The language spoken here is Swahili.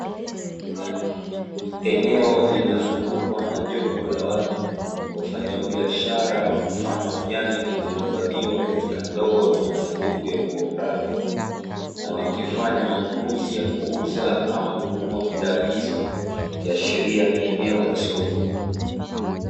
Eneo lililozungukwa na jopo la watu wafanyao biashara mfano wa nyanya zilizohifadhiwa katika ndoo na masanduku ya umbo mraba; na wakifanya manunuzi ya kuuza ama kununua bidhaa hizo, ikiashiria ni eneo la soko.